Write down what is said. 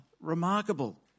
remarkable